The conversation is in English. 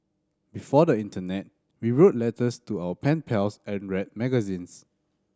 before the internet we wrote letters to our pen pals and read magazines